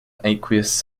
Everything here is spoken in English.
aqueous